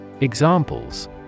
Examples